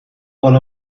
حالا